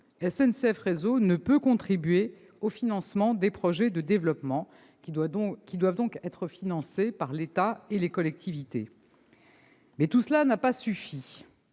SNCF Réseau ne peut contribuer au financement des projets de développement, qui doivent donc être financés par l'État et les collectivités. Tout cela n'a pas suffi.